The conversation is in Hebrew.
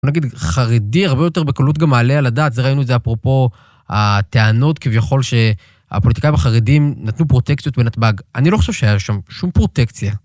נגיד חרדי הרבה יותר בקלות גם מעלה על הדעת, זה ראינו זה אפרופו הטענות כביכול שהפוליטיקאים החרדים נתנו פרוטקציות בנתב"ג, אני לא חושב שהיה שם שום פרוטקציה.